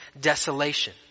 desolation